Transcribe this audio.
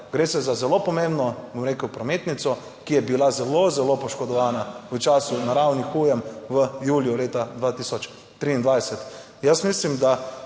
gre se za zelo pomembno, bom rekel, prometnico, ki je bila zelo, zelo poškodovana v času naravnih ujm v juliju leta 2023. Jaz mislim, da